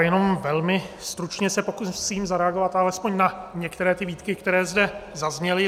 Jenom velmi stručně se pokusím zareagovat na alespoň některé výtky, které zde zazněly.